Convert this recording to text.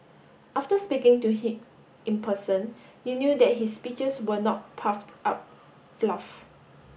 after speaking to him in person you knew that his speeches were not puffed up fluff